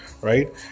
right